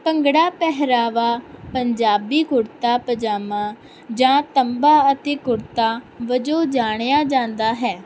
ਭੰਗੜਾ ਪਹਿਰਾਵਾ ਪੰਜਾਬੀ ਕੁੜਤਾ ਪਜਾਮਾ ਜਾਂ ਤੰਬਾ ਅਤੇ ਕੁੜਤਾ ਵਜੋਂ ਜਾਣਿਆ ਜਾਂਦਾ ਹੈ